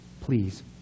Please